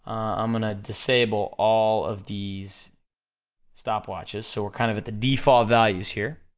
i'm gonna disable all of these stopwatches, so we're kind of at the default values here,